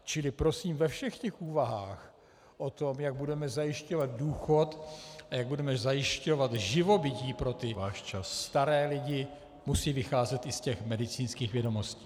Čili prosím, ve všech těch úvahách o tom, jak budeme zajišťovat důchod a jak budeme zajišťovat živobytí pro ty staré lidi, musí vycházet i z medicínských vědomostí.